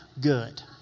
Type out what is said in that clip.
good